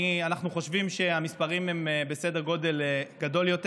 אנחנו חושבים שהמספרים בסדר גודל גדול יותר.